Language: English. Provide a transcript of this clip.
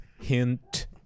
hint